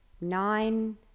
nine